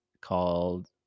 called